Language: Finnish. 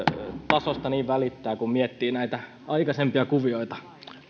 tasosta niin välittää kun miettii näitä aikaisempia kuvioita